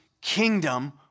kingdom